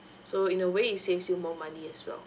so in a way it saves you more money as well